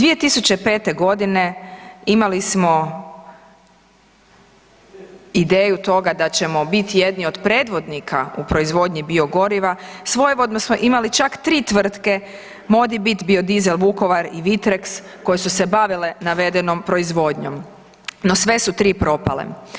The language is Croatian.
2005.g. imali smo ideju toga da ćemo bit jedni od predvodnika u proizvodnji biogoriva, svojevoljno smo imali čak 3 tvrtke Modibit, Biodizel Vukovar i Vitrex koje su se bavile navedenom proizvodnjom, no sve su 3 propale.